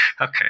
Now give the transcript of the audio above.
Okay